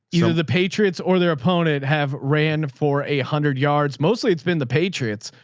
you know the patriots or their opponent have ran for a hundred yards. mostly it's been the patriots,